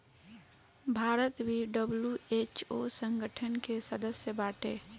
भारत भी डब्ल्यू.एच.ओ संगठन के सदस्य बाटे